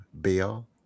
bill